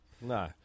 No